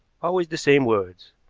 always the same words.